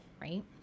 right